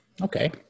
Okay